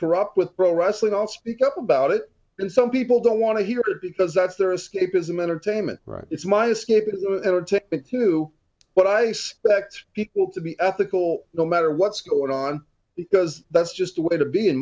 corrupt with pro wrestling all speak up about it and some people don't want to hear it because that's their escapism entertainment right it's my escapism to what i suspect equal to be ethical no matter what's going on because that's just a way to be in